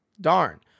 Darn